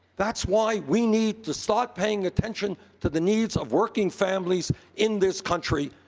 that's why we need to start paying attention to the needs of working families in this country,